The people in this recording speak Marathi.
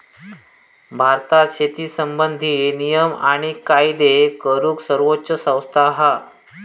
भारतात शेती संबंधित नियम आणि कायदे करूक सर्वोच्च संस्था हा